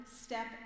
step